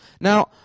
Now